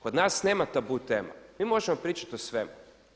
Kod nas nema tabu tema, mi možemo pričati o svemu.